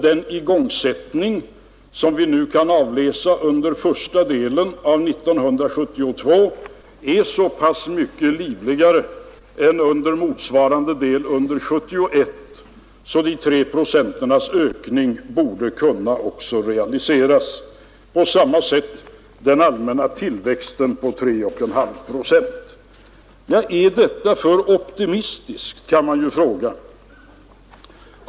Den igångsättning som vi nu kan avläsa under första delen av 1972 är så pass mycket livligare än under motsvarande del av 1971 att den antagna ökningen med 3 procent också borde kunna realiseras. På samma sätt förhåller det sig med den allmänna tillväxten på 3,5 procent. Nu kan man ju fråga om inte detta är för optimistiskt.